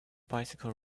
bicycle